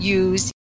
use